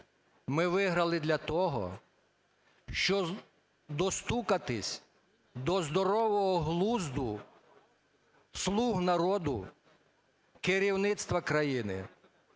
ми виграли для того, щоб достукатись до здорового глузду "слуг народу", керівництва країни,